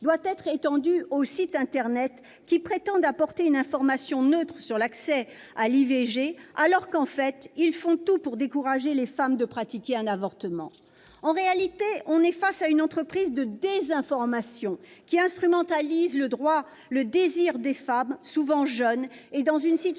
doit être étendu aux sites internet qui prétendent apporter une information neutre sur l'accès à l'IVG, alors qu'en fait ils font tout pour décourager les femmes de pratiquer un avortement. En réalité, on est face à une entreprise de désinformation qui instrumentalise le désarroi de femmes souvent jeunes et dans une situation